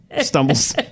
Stumbles